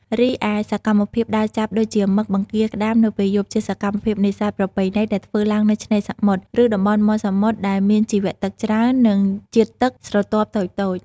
រីឯសកម្មភាពដើរចាប់ដូចជាមឹក បង្គារ ក្តាម នៅពេលយប់ជាសកម្មភាពនេសាទប្រពៃណីដែលធ្វើឡើងនៅឆ្នេរសមុទ្រ ឬតំបន់មាត់សមុទ្រដែល មានជីវៈទឹកច្រើន និងជាតិទឹកស្រទាប់តូចៗ។